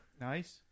Nice